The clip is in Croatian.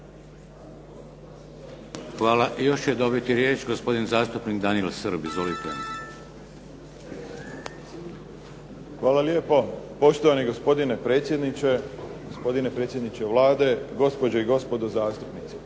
Hvala. Još će dobiti riječ gospodin zastupnik Daniel Srb. Izvolite. **Srb, Daniel (HSP)** Hvala lijepo poštovani gospodine predsjedniče, gospodine predsjedniče Vlade, gospođe i gospodo zastupnici.